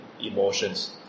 emotions